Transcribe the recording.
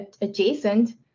adjacent